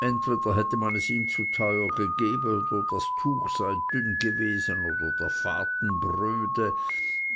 entweder hätte man es ihm zu teuer gegeben oder das tuch sei dünn gewesen oder der faden bröde